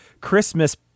Christmas